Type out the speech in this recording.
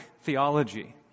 theology